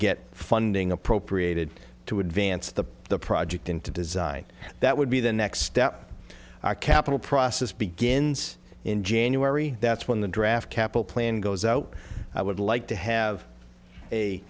get funding appropriated to advance the the project into design that would be the next step our capital process begins in january that's when the draft capital plan goes out i would like to have a